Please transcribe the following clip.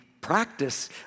practice